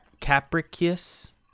Capricious